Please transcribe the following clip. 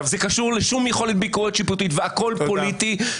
זה קשור לשום יכולת ביקורת שיפוטית והכול פוליטי.